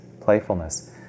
playfulness